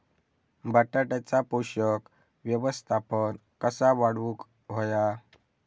बटाट्याचा पोषक व्यवस्थापन कसा वाढवुक होया?